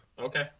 Okay